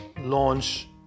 launch